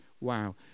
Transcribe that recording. Wow